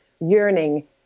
yearning